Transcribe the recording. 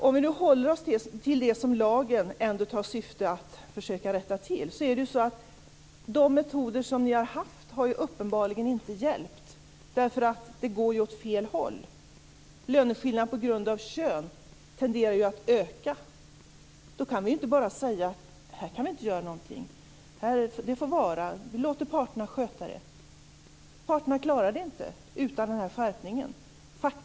Om vi nu håller oss till det som lagen har till syfte att försöka rätta till, har de metoder som ni har haft uppenbarligen inte hjälpt, därför att det går ju åt fel håll. Löneskillnader på grund av kön tenderar att öka. Då kan vi inte bara säga att vi inte kan göra någonting, att det får vara och att vi låter parterna sköta det. Parterna klarar det inte utan den här skärpningen.